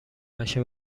نشه